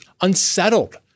unsettled